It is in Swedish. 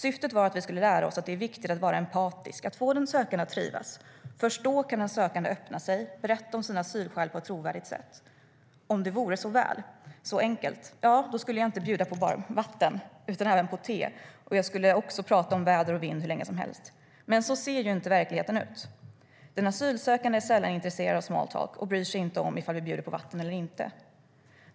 Syftet var att vi skulle lära oss det är viktigt att vara empatisk, att få den sökande att trivas. Först då kan den sökande öppna sig berätta om sina asylskäl på ett trovärdigt sätt. Om det vore så väl, så enkelt, ja då skulle jag inte bara bjuda på vatten utan även på te och jag skulle också prata om väder och vind hur länge som helst. Men så ser ju inte verkligheten ut. Den asylsökande är sällan intresserad av 'small talk' och bryr sig inte om ifall vi bjuder på vatten eller inte.